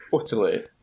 utterly